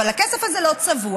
אבל הכסף הזה לא צבוע,